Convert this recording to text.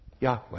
Yahweh